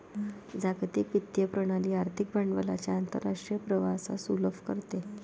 जागतिक वित्तीय प्रणाली आर्थिक भांडवलाच्या आंतरराष्ट्रीय प्रवाहास सुलभ करते